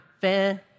Fan